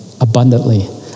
Abundantly